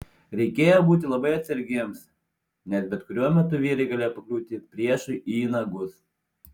reikėjo būti labai atsargiems nes bet kuriuo metu vyrai galėjo pakliūti priešui į nagus